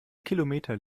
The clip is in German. kilometer